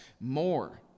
more